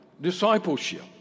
discipleship